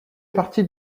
partie